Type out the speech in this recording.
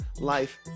life